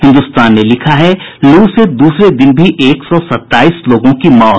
हिन्दुस्तान ने लिखा है लू से दूसरे दिन भी एक सौ सत्ताईस लोगों की मौत